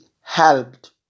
helped